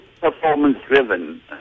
performance-driven